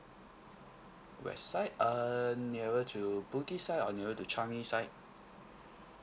west side err nearer to bugis side or nearer to changi side